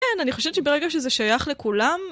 כן, אני חושבת שברגע שזה שייך לכולם...